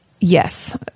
yes